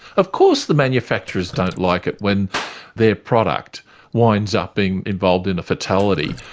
of course the manufacturers don't like it when their product winds up being involved in a fatality.